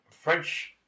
French